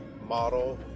model